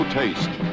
taste